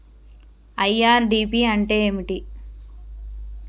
IRDP అంటే ఏమిటి?